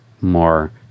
more